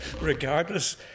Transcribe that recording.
regardless